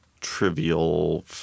trivial